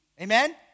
Amen